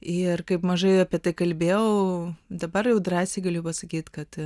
ir kaip mažai apie tai kalbėjau dabar jau drąsiai galiu pasakyt kad